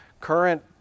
current